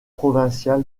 provincial